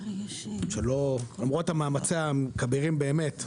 למרות מאמציה הכבירים באמת,